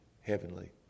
heavenly